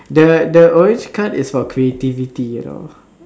the the orange card is for creativity you know